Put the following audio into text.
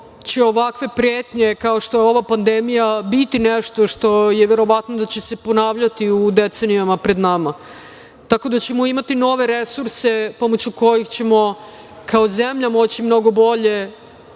će ovakve pretnje, kao što je ova pandemija, biti nešto što je verovatno da će se ponavljati u decenijama pred nama, tako da ćemo imati nove resurse pomoću kojih ćemo kao zemlja moći mnogo bolje